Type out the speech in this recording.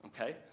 Okay